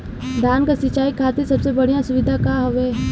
धान क सिंचाई खातिर सबसे बढ़ियां सुविधा का हवे?